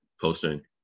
posting